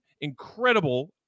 incredible